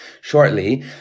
shortly